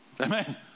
amen